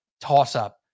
Toss-up